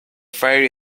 fair